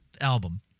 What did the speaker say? album